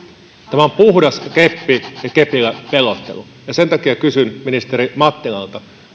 tämä on puhdasta keppiä ja kepillä pelottelua ja sen takia kysyn ministeri mattilalta